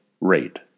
rate